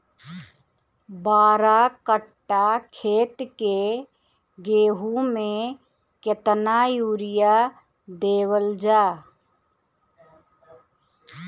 बारह कट्ठा खेत के गेहूं में केतना यूरिया देवल जा?